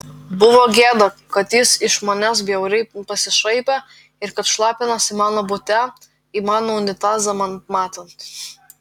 buvo gėda kad jis iš manęs bjauriai pasišaipė ir kad šlapinasi mano bute į mano unitazą man matant